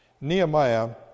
Nehemiah